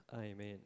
Amen